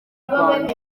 rwanda